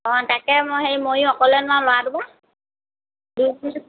তাকে মই অকলে নোৱাৰোঁ ল'ৰাটোৰ পৰা